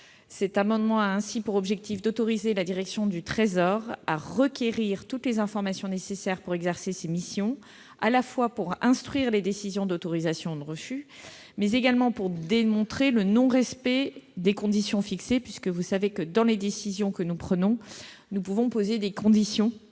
Cet amendement a ainsi pour objectif d'autoriser la direction du Trésor à requérir toutes les informations nécessaires pour exercer ses missions, à la fois pour instruire les décisions d'autorisation ou de refus, mais également pour démontrer le non-respect des conditions fixées. En effet, dans les décisions que nous prenons, nous pouvons poser des conditions, les